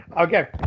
Okay